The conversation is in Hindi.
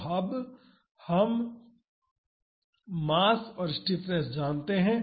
तो अब हम मास और स्टिफनेस को जानते हैं